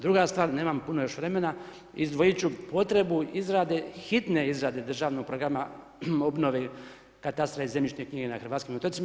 Druga stvar, nemam puno još vremena, izdvojit ću potrebu izrade, hitne izrade državnog programa obnove katastra i zemljišne knjige na hrvatskim otocima.